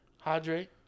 Hydrate